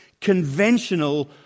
conventional